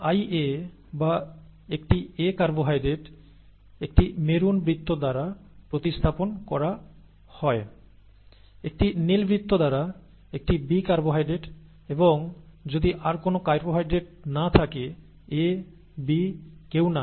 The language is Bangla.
IA বা একটি A কার্বোহাইড্রেট একটি মেরুন বৃত্ত দ্বারা প্রতিস্থাপন করা হয় একটি নীল বৃত্ত দ্বারা একটি B কার্বোহাইড্রেট এবং যদি আর কোন কার্বোহাইড্রেট না থাকে A B কেউ না এবং এটি i